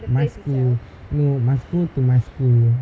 my school no must go to my school